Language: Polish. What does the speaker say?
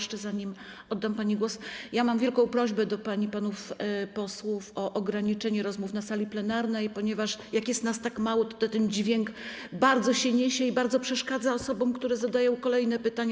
Zanim oddam pani poseł głos, mam wielką prośbę do pań i panów posłów - o ograniczenie rozmów na sali plenarnej, ponieważ gdy jest nas tak mało, to dźwięk bardzo się niesie i bardzo przeszkadza osobom, które zadają kolejne pytania.